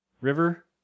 River